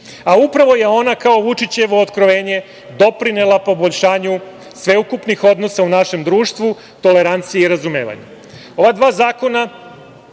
Upravo je ona kao Vučićevo otkrovenje doprinela poboljšanju sveukupnih odnosa u našem društvu, toleranciji i razumevanju. Ova dva zakona